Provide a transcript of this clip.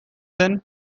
then